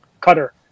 cutter